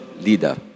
leader